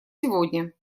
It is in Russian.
сегодня